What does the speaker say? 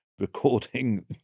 recording